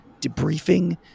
debriefing